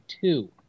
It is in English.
Two